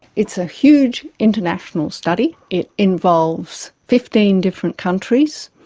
it's a huge international study. it involves fifteen different countries.